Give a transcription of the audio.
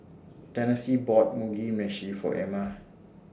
Tennessee bought Mugi Meshi For Emma